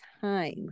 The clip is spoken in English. time